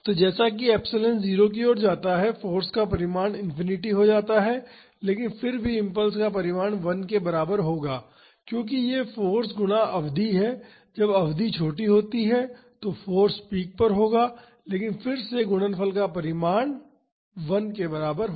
तो जैसा कि एप्सिलॉन 0 की ओर जाता है फाॅर्स का परिमाण इंफिनिटी हो जाता है लेकिन फिर भी इम्पल्स का परिमाण 1 के बराबर होगा क्योंकि यह फाॅर्स गुणा अवधि है जब अवधि छोटी होती है तो फाॅर्स पीक पर होगा लेकिन फिर से गुणनफल का परिमाण 1 के बराबर होगा